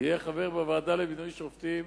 יהיה חבר בוועדה למינוי שופטים,